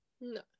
No